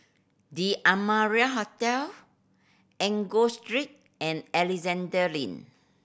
The Amara Hotel Enggor Street and Alexandra Lane